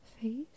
face